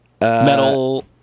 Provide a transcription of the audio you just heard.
Metal